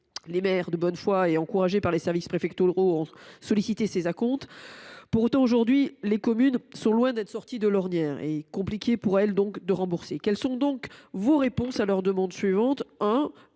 Les maires, de bonne foi et encouragés par les services préfectoraux, ont sollicité ces acomptes. Pour autant, aujourd’hui, les communes sont loin d’être sorties de l’ornière, et il est compliqué pour elles de rembourser. Les communes demandent